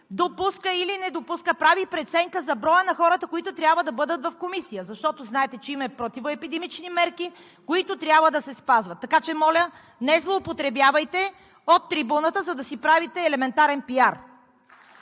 допуска или не допуска, прави преценка за броя на хората, които трябва да бъдат в Комисията, защото знаете, че има противоепидемични мерки, които трябва да се спазват. Така че, моля, не злоупотребявайте от трибуната, за да си правите елементарен пиар.